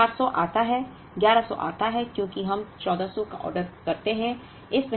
अब400 आता है 1100 आता है क्योंकि हम 1400 का ऑर्डर करते हैं